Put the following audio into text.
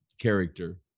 character